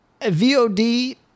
VOD